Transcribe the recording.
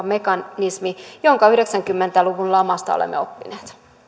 mekanismi jonka yhdeksänkymmentä luvun lamasta olemme oppineet